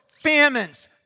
famines